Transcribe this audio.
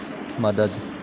मदद